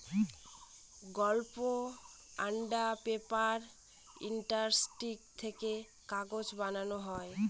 pulp and paper industry থেকে কাগজ বানানো হয়